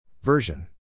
Version